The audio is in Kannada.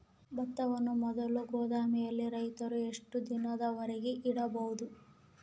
ಭತ್ತವನ್ನು ಮೊದಲು ಗೋದಾಮಿನಲ್ಲಿ ರೈತರು ಎಷ್ಟು ದಿನದವರೆಗೆ ಇಡಬಹುದು?